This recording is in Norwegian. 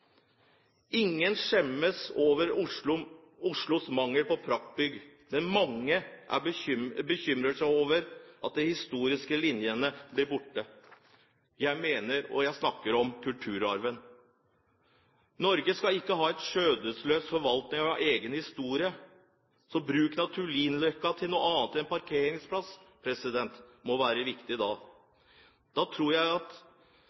Ingen skjemmes over Oslos mangel på praktbygg, men mange er bekymret for at de historiske linjene blir borte. Jeg snakker her om kulturarven. Norge skal ikke ha en skjødesløs forvaltning av egen historie. Å bruke Tullinløkka til noe annet enn parkeringsplass må være riktig. Jeg tror at